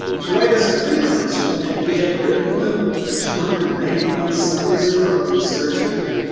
to write as a freelancer and we have written one for two hundred and ninety one sundays in a row in the star tribune.